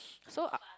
so I